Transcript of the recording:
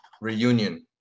Reunion